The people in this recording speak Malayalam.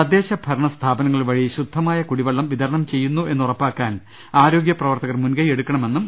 തദ്ദേശ ഭരണ സ്ഥാപനങ്ങൾ വഴി ശുദ്ധമായ കുടിവെള്ളം വിതരണം ചെയ്യുന്നു എന്ന് ഉറപ്പാക്കാൻ ആരോഗ്യ പ്രവർത്തകർ മുൻകൈയ്യെടുക്കണമെന്നും കെ